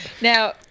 Now